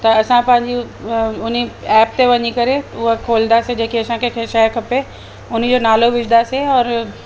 त असां पंहिंजे उन ऐप ते वञी करे उहा खोलींदासीं जेके असांखे कोइ शइ खपे उन जो नालो विझदासीं